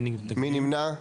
מי נמנע?